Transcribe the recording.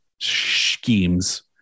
schemes